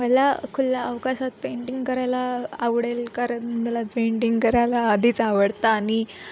मला खुल्या अवकाशात पेंटिंग करायला आवडेल कारण मला पेंटिंग करायला आधीच आवडतं आणि